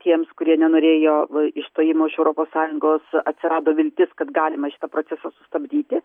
tiems kurie nenorėjo išstojimo iš europos sąjungos atsirado viltis kad galima šitą procesą sustabdyti